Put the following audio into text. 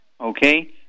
okay